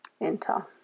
enter